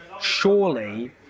Surely